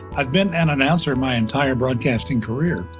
i've been an announcer my entire broadcasting career.